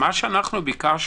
מה שביקשנו,